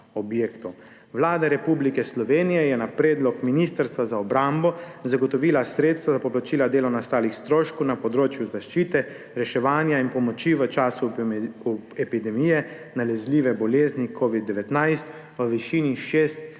objektov. Vlada Republike Slovenije je na predlog Ministrstva za obrambo zagotovila sredstva za poplačilo dela nastalih stroškov na področju zaščite, reševanja in pomoči v času epidemije nalezljive bolezni covid-19 v višini 6